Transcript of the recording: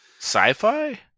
sci-fi